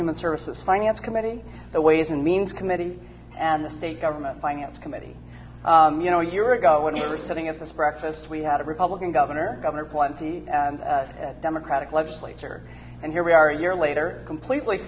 human services finance committee the ways and means committee and the state government finance committee you know year ago when we were sitting at this breakfast we had a republican governor governor plenty and democratic legislature and here we are a year later completely